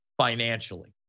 financially